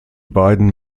beiden